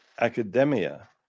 academia